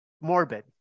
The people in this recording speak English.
morbid